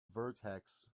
vertex